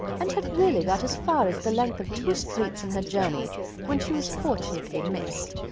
and had really got as far as the length of two streets in her journey when she was fortunately missed,